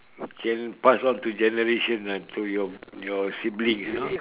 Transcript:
can pass on to generations ah to your your sibling ah